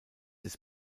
des